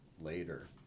later